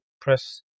press